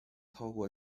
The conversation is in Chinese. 透过